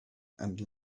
and